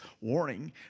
warning